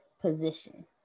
position